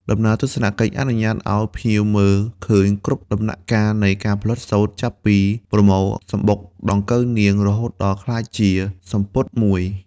ដំណើរទស្សនកិច្ចអនុញ្ញាតឱ្យភ្ញៀវមើលឃើញគ្រប់ដំណាក់កាលនៃ ការផលិតសូត្រ ចាប់ពីប្រមូលសំបុកដង្កូវនាងរហូតដល់ក្លាយជាសំពត់មួយ។